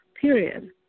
period